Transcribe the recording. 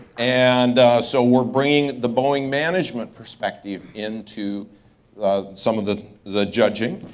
and so we're bringing the boeing management perspective into some of the the judging.